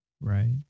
Right